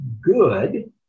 good